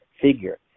figure